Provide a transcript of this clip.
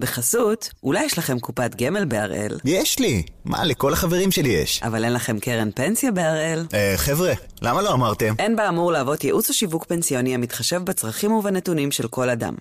ובחסות, אולי יש לכם קופת גמל ב-הראל יש לי! מה, לכל החברים שלי יש. אבל אין לכם קרן פנסיה ב-הראל? אה חבר'ה, למה לא אמרתם? אין באמור להוות ייעוץ או שיווק פנסיוני המתחשב בצרכים ובנתונים של כל אדם.